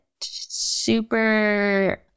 super